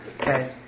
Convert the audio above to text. Okay